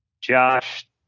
Josh